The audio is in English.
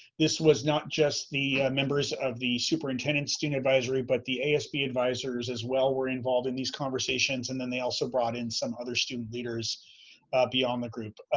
this was not just the members of the superintendent's student advisory, but the asb advisors as well were involved in these conversations, and then they also brought in some other student leaders beyond the group.